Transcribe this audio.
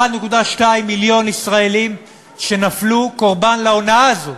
1.2 מיליון ישראלים שנפלו קורבן להונאה הזאת.